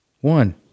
One